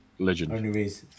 legend